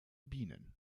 bienen